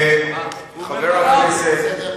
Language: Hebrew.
חבר הכנסת.